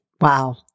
wow